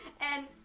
And-